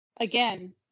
Again